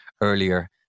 earlier